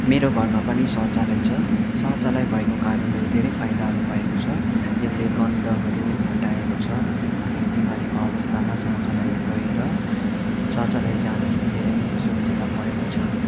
मेरो घरमा पनि शौचालय छ शौचालय भएको कारणले धेरै फाइदाहरू भएको छ यसले गन्धहरू हटाएको छ अनि बिमारीको अवस्थामा शौचालय गएर शौचालय जाँदाखेरि धेरै नै सुविस्ता परेको छ